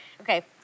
Okay